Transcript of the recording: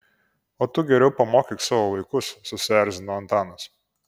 o tu geriau pamokyk savo vaikus susierzino antanas